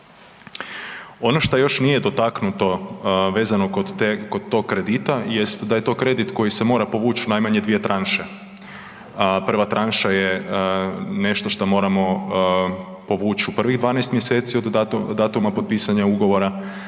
Ono što još nije dotaknuto vezano kod tog kredita jest da je to kredit koji se mora povući najmanje dvije tranše. Prva tranša je nešto što moramo povući u prvih 12 mjeseci od datuma potpisanja ugovora,